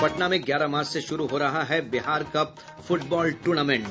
और पटना में ग्यारह मार्च से शुरू हो रहा है बिहार कप फुटबॉल टूर्नामेंट